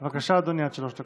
בבקשה, אדוני, עד שלוש דקות.